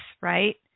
right